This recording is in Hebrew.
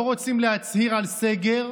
לא רוצים להצהיר על סגר,